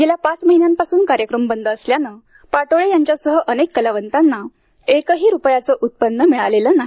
गेल्या पाच महिन्यांपासून कार्यक्रम बंद असल्याने पाटोळे यांच्यासह अनेक कलावंतांना एकही रुपयाचे उत्पन्न मिळालेले नाही